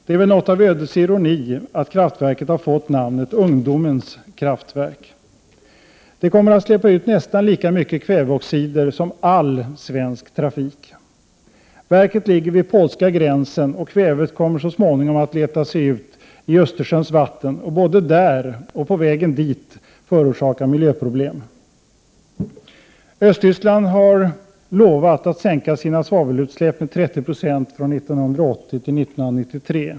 Det är väl något av ödets ironi att kraftverket har fått namnet ”Ungdomens kraftverk”. Det kommer att släppa ut nästan lika mycket kväveoxider som all svensk trafik. Verket ligger vid polska gränsen, och kvävet kommer så småningom att leta sig ut i Östersjöns vatten och både där och på vägen dit förorsaka miljöproblem. Östtyskland har lovat att sänka sina svavelutsläpp med 30 96 från 1980 till 1993.